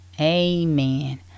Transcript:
Amen